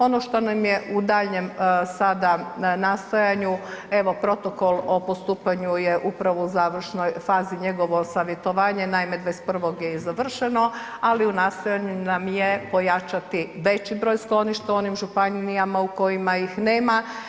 Ono što nam je u daljnjem sada nastojanju, evo, protokol o postupanju je upravo u završnoj fazi, njegovo savjetovanje, naime, 21. je i završeno, ali u nastojanju nam je pojačati veći broj skloništa u onim županijama u kojima ih nema.